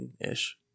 ish